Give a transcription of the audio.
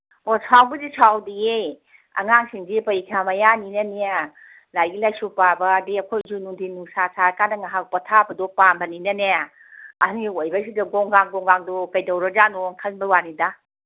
ꯑꯣ ꯁꯥꯎꯕꯨꯗꯤ ꯁꯥꯎꯗꯤꯌꯦ ꯑꯉꯥꯡꯁꯤꯡꯁꯦ ꯄꯩꯈꯥ ꯃꯌꯥꯅꯤꯅꯅꯦ ꯂꯥꯏꯔꯤꯛ ꯂꯥꯏꯁꯨ ꯄꯥꯕ ꯑꯗꯤ ꯑꯩꯈꯣꯏꯁꯨ ꯅꯨꯡꯗꯤꯟ ꯅꯨꯡꯁꯥ ꯁꯥꯔꯀꯥꯟꯗ ꯉꯍꯥꯛ ꯄꯣꯊꯥꯕꯗꯣ ꯄꯥꯝꯕꯅꯤꯅꯅꯦ ꯑꯍꯟꯒ ꯑꯣꯏꯕꯁꯤꯗꯀꯣ ꯉꯥꯡꯗꯣ ꯉꯥꯡꯗꯣ ꯀꯩꯗꯧꯔꯖꯥꯠꯅꯣ ꯈꯟꯕꯩ ꯋꯥꯅꯤꯗ